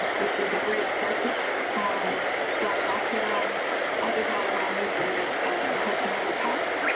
which is a great surface it's done elsewhere on other dog runs at hudson river park.